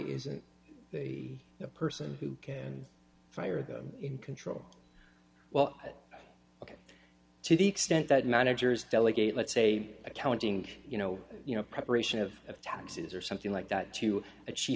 isn't the person who can fire them in control well to the extent that managers delegate let's say accounting you know you know preparation of taxes or something like that to a chie